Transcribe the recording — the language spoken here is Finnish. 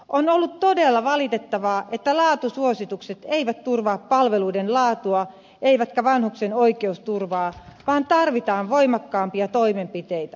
on ollut todella valitettavaa että laatusuositukset eivät turvaa palveluiden laatua eivätkä vanhuksen oikeusturvaa vaan tarvitaan voimakkaampia toimenpiteitä